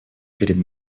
перед